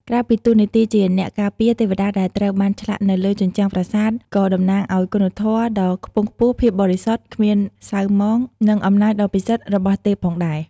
ក្រៅពីតួនាទីជាអ្នកការពារ ទេវតាដែលត្រូវបានឆ្លាក់នៅលើជញ្ជាំងប្រាសាទក៏តំណាងឲ្យ គុណធម៌ ដ៏ខ្ពង់ខ្ពស់ ភាពបរិសុទ្ធ គ្មានសៅហ្មង និង អំណាចដ៏ពិសិដ្ឋ របស់ទេពផងដែរ។